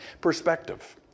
Perspective